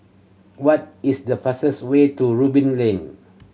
what is the fastest way to Ruby Lane